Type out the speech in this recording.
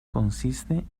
consiste